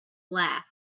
laugh